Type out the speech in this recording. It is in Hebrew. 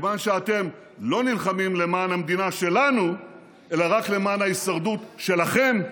מכיוון שאתם לא נלחמים למען המדינה שלנו אלא רק למען ההישרדות שלכם,